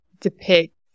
depict